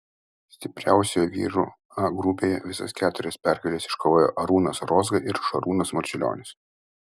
stipriausioje vyrų a grupėje visas keturias pergales iškovojo arūnas rozga ir šarūnas marčiulionis